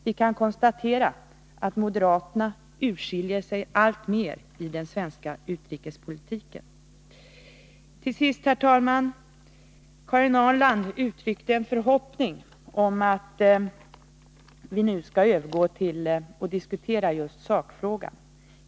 Man kan konstatera att moderaterna skiljer ut sig alltmer i den svenska utrikespolitiken. Till sist, herr talman: Karin Ahrland uttryckte en förhoppning om att vi nu skall återgå till att diskutera just sakfrågan.